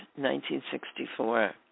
1964